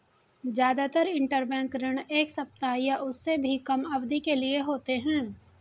जादातर इन्टरबैंक ऋण एक सप्ताह या उससे भी कम अवधि के लिए होते हैं